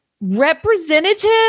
representative